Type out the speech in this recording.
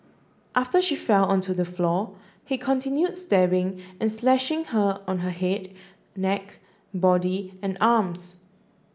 after she fell on to the floor he continued stabbing and slashing her on her head neck body and arms